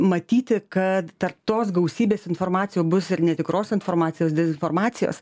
matyti kad tarp tos gausybės informacijų bus ir netikros informacijos dezinformacijos